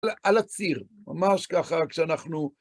על הציר, ממש ככה כשאנחנו...